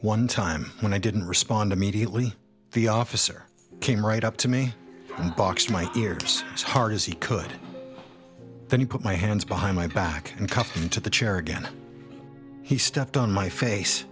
one time when i didn't respond immediately the officer came right up to me and boxed my ears as hard as he could then he put my hands behind my back and cut into the chair again he stepped on my face